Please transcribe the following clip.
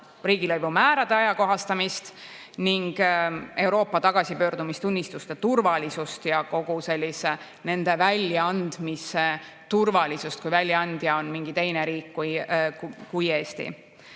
riigilõivumäärade ajakohastamist ning Euroopa tagasipöördumistunnistuste turvalisust ja kogu nende väljaandmise turvalisust, kui väljaandja on mingi teine riik kui Eesti.